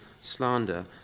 slander